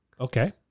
Okay